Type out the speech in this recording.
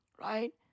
right